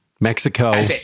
Mexico